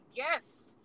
guest